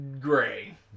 gray